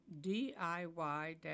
diy